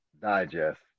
Digest